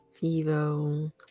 Vivo